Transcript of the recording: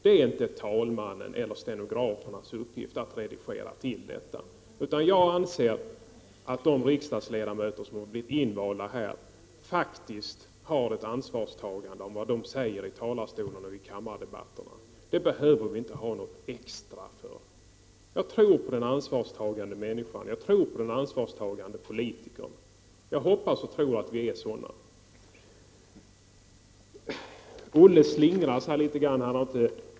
Det är inte talmannen eller stenografernas uppgift att redigera till detta, utan jag anser att de riksdagsledamöter som blivit invalda här faktiskt har ett ansvarstagande om vad de säger i talarstolen i kammardebatterna. Det behöver vi inte ha något extra för. Jag tror på den ansvarstagande människan. Jag tror på den ansvarstagande politikern. Jag hoppas och tror att vi är sådana. Olle slingrar sig litet grand här.